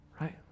right